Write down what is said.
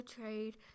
trade